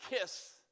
kiss